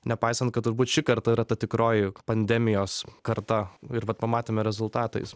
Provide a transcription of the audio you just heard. nepaisant kad turbūt ši karta yra ta tikroji pandemijos karta ir vat pamatėme rezultatais